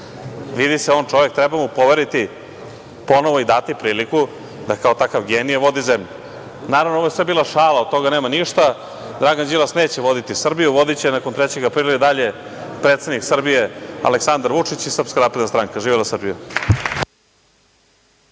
vidi se da mu treba poveriti ponovo i dati priliku da kao takav genije vodi zemlju. Naravno, ovo je sve bila šala. Od toga nema ništa. Dragan Đilas neće voditi Srbiju. Vodiće je nakon 3. aprila i dalje predsednik Srbije Aleksandar Vučić i Srpska napredna stranka. Živela Srbija!